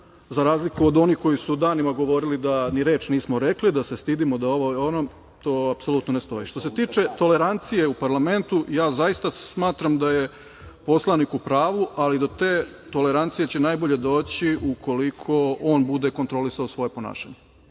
za razliku od onih koji su danima govorili da ni reč nismo rekli, da se stidimo, da ovo i ono, to apsolutno ne stoji. Što se tiče tolerancije u parlamentu, ja zaista smatram da je poslanik u pravu, ali do te tolerancije će najbolje doći ukoliko on bude kontrolisao svoje ponašanje,